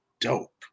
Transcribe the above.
dope